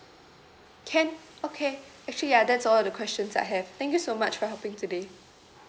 can okay actually ya that's all the questions I have thank you so much for helping today